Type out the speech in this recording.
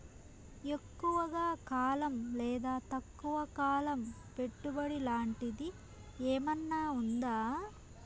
ఎక్కువగా కాలం లేదా తక్కువ కాలం పెట్టుబడి లాంటిది ఏమన్నా ఉందా